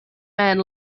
man